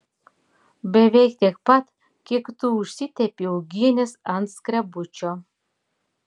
beveik tiek pat kiek tu užsitepi uogienės ant skrebučio